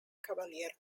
cavalier